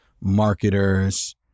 marketers